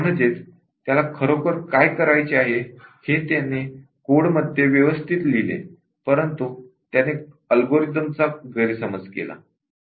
म्हणजेच त्याला खरोखर काय करायचे आहे हे त्याने कोडे मध्ये व्यवस्थित लिहिले परंतु त्याने अल्गोरिदमचा गैरसमज केला